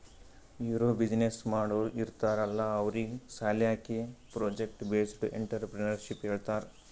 ಯಾರೂ ಬಿಸಿನ್ನೆಸ್ ಮಾಡೋರ್ ಇರ್ತಾರ್ ಅಲ್ಲಾ ಅವ್ರಿಗ್ ಸಾಲ್ಯಾಕೆ ಪ್ರೊಜೆಕ್ಟ್ ಬೇಸ್ಡ್ ಎಂಟ್ರರ್ಪ್ರಿನರ್ಶಿಪ್ ಹೇಳ್ತಾರ್